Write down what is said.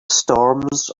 storms